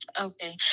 Okay